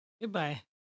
Goodbye